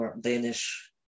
Danish